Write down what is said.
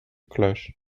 cloche